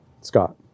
Scott